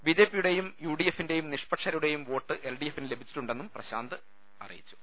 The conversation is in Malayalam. ബിജെപിയുടെയും യുഡി എഫിന്റെയും നിഷ്പക്ഷരുടെയും വോട്ട് എൽഡിഎഫിന് ലഭിച്ചി ട്ടുണ്ടെന്നും പ്രശാന്ത് പറഞ്ഞു